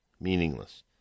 meaningless